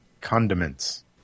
Condiments